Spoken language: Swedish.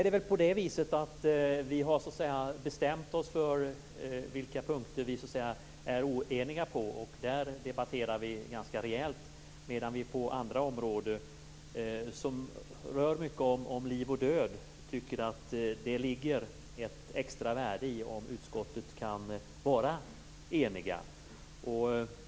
Det är nu så att vi har bestämt oss för på vilka punkter vi är oeniga, och om dem debatterar vi ganska rejält, medan vi på andra områden, som i mycket rör liv och död, tycker att det ligger ett extra värde i om utskottet kan vara enigt.